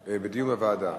דיון, דיון בוועדה.